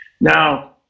Now